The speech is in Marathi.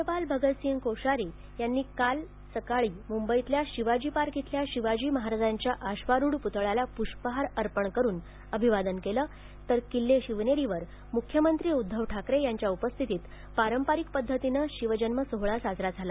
राज्यपाल भगतसिंग कोश्यारी यांनी काल सकाळी मुंबईतल्या शिवाजी पार्क इथल्या शिवाजी महाराजांच्या अश्वारूढ प्तळ्याला प्ष्पहार अर्पण करून अभिवादन केलं तर किल्ले शिवनेरीवर म्रख्यमंत्री उद्धव ठाकरे यांच्या उपस्थितीत पारंपारिक पद्धतीनं शिवजन्म सोहळा साजरा झाला